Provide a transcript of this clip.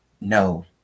no